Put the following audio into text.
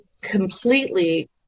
completely